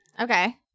Okay